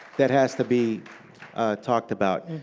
that has to be talked about.